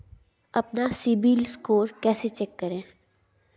अपना CIBIL score कैसे check करें?